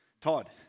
Todd